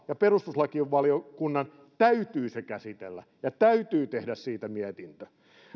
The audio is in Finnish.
ja perustuslakivaliokunnan täytyy se käsitellä ja täytyy tehdä siitä mietintö